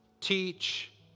teach